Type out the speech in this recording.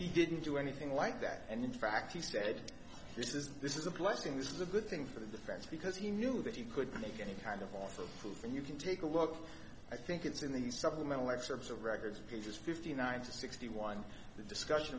he didn't do anything like that and in fact he said this is this is a blessing this is a good thing for the fans because he knew that he could take any kind of offer proof and you can take a look i think it's in the supplemental excerpts of records of pages fifty nine to sixty one the discussion